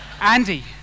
Andy